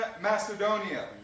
Macedonia